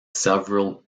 several